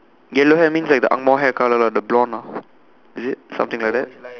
yellow hair means like the angmoh hair colour lah the blond ah is it something like that